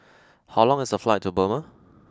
how long is the flight to Burma